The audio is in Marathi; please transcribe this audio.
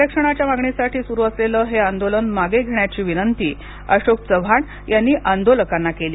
आरक्षणाच्या मागणीसाठी सुरू असलेलं हे आंदोलन मागे घेण्याची विनंती अशोक चव्हाण यांनी आंदोलकांना केली